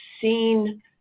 seen